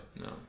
no